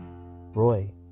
Roy